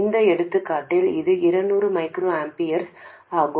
இந்த எடுத்துக்காட்டில் இது 200 மைக்ரோஆம்பியர்ஸ் ஆகும்